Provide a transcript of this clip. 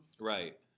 Right